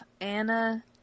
Anna